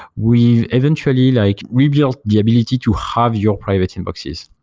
we eventually like, we built the ability to have your private inboxes.